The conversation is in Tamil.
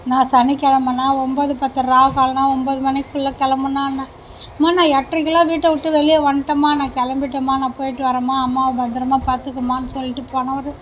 அண்ணா சனிக்கெழமைண்ணா ஒம்போது பத்து ராகு காலம்ண்ணா ஒம்போது மணிக்குள்ளே கிளம்புண்ணான்னேன் அம்மா நான் எட்ரைக்கெல்லாம் வீட்டைவிட்டு வெளியே வந்துட்டம்மா நான் கிளம்பிட்டம்மா நான் போய்ட்டு வரேன்மா அம்மாவை பத்திரமாக பார்த்துக்கம்மான்னு சொல்லிட்டு போனவர்